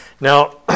Now